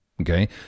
Okay